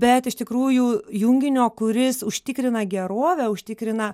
bet iš tikrųjų junginio kuris užtikrina gerovę užtikrina